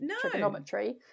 trigonometry